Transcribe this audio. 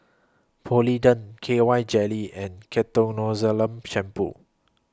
Polident K Y Jelly and Ketoconazole Shampoo